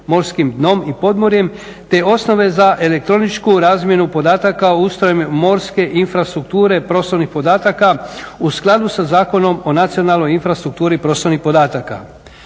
morskim dnom i podmorjem, te osnove za elektroničku razmjenu podataka o ustroju morske infrastrukture prostornih podataka. U skladu sa Zakonom o nacionalnoj infrastrukturi prostornih podataka.